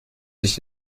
sich